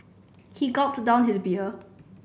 he gulped down his beer